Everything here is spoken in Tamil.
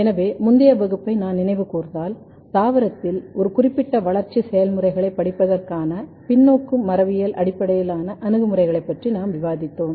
எனவே முந்தைய வகுப்பை நான் நினைவு கூர்ந்தால் தாவரத்தில் ஒரு குறிப்பிட்ட வளர்ச்சி செயல்முறைகளைப் படிப்பதற்கான பின்னோக்கி மரபியல் அடிப்படையிலான அணுகுமுறைகளைப் பற்றி நாம் விவாதித்தோம்